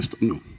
No